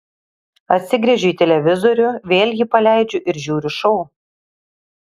atsigręžiu į televizorių vėl jį paleidžiu ir žiūriu šou